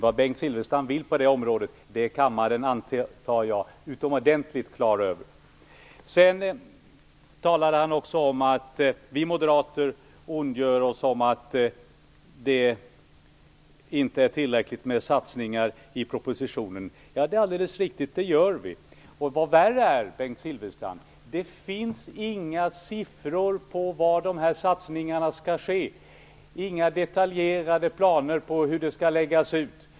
Vad Bengt Silfverstrand vill på det området är kammaren utomordentligt klar över. Bengt Silfverstrand talade också om att vi moderater ondgör oss över att det inte föreslås tillräckligt med satsningar i propositionen. Det är alldeles riktigt, det gör vi. Vad värre är, Bengt Silfverstrand, finns det inga siffror på var dessa satsningar skall göras, inga detaljerade planer på hur de skall läggas ut.